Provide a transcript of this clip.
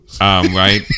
right